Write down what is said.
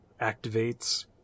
activates